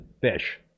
fish